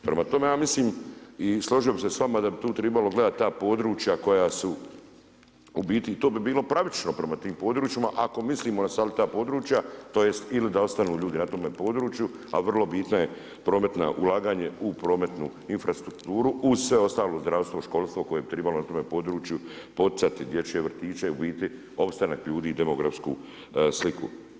Prema tome ja mislim i složio bi se s vama da bi tu trebalo gledati ta područja koja su, u biti to bi bilo pravično prema tim područjima, ako mislimo na sva ta područja tj. ili da ostanu ljudi na tome području ali vrlo bitno je prometno ulaganje u prometnu infrastrukturu uz sve ostalo zdravstvo, školstvo koje bi trebalo na tom području poticati dječje vrtiće, opstanak ljudi, demografsku sliku.